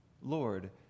Lord